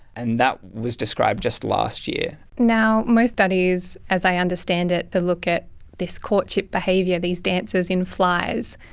and that was described just last year. now, most studies, as i understand it, that look at this courtship behaviour, these dances in flies,